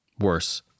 worse